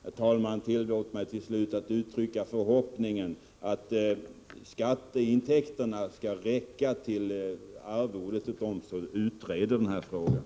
Herr talman! Tillåt mig till slut att uttrycka förhoppningen att skatteintäkterna skall räcka till arvodet till dem som utreder frågan.